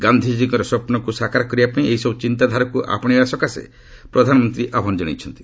ଗାନ୍ଧିଜୀଙ୍କର ସ୍ୱପ୍ନକୁ ସାକାର କରିବାପାଇଁ ଏହିସବୁ ଚିନ୍ତାଧାରାକୁ ଆପଶେଇବା ପାଇଁ ପ୍ରଧାନମନ୍ତ୍ରୀ ଆହ୍ୱାନ ଜଣାଇଛନ୍ତି